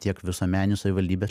tiek visuomeninių savivaldybės